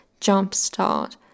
jumpstart